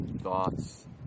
thoughts